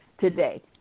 today